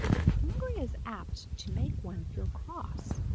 and hunger is apt to make one feel cross.